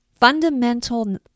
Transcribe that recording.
Fundamental